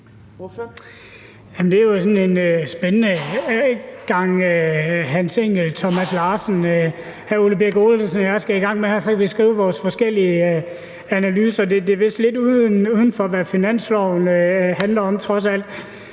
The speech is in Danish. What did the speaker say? det er jo sådan en spændende gang Hans Engell-Thomas Larsen, som hr. Ole Birk Olesen og jeg skal i gang med, og så kan vi skrive vores forskellige analyser, og det er vist lidt uden for, hvad finansloven handler om, trods alt.